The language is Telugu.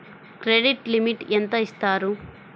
క్రెడిట్ లిమిట్ ఎంత ఇస్తారు?